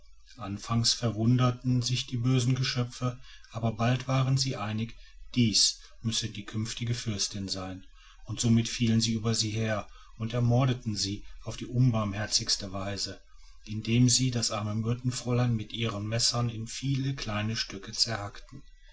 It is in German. anfangs verwunderten sich die bösen geschöpfe aber bald waren sie einig dieses müßte die künftige fürstin sein und somit fielen sie über sie her und ermordeten sie auf die unbarmherzigste weise indem sie das arme myrtenfräulein mit ihren messern in viele kleine stücke